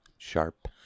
sharp